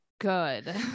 good